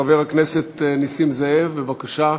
חבר הכנסת נסים זאב, בבקשה.